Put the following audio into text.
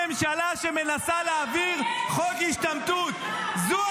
זאת הממשלה שמנסה להעביר חוק השתמטות --- זאת